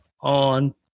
on